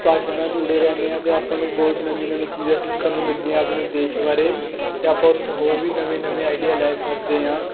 ਭਾਸ਼ਾ ਨਾਲ ਜੁੜੇ ਰਹਿੰਦੇ ਹਾਂ ਅਤੇ ਆਪਾਂ ਨੂੰ ਬਹੁਤ ਨਵੀ ਨਵੀਂ ਚੀਜ਼ਾਂ ਸਿੱਖਣ ਨੂੰ ਮਿਲਦੀਆਂ ਆਪਣੇ ਦੇਸ਼ ਬਾਰੇ ਅਤੇ ਆਪਾਂ ਉੱਥੋਂ ਹੋਰ ਵੀ ਨਵੇਂ ਨਵੇਂ ਆਈਡੀਆ ਲੈ ਸਕਦੇ ਹਾਂ